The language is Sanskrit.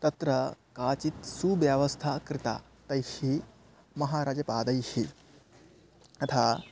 तत्र काचित् सुव्यवस्था कृता तैः महाराजपादैः यथा